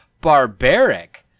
barbaric